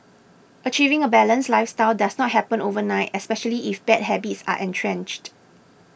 achieving a balanced lifestyle does not happen overnight especially if bad habits are entrenched